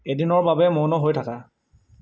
এদিনৰ বাবে মৌন হৈ থাকা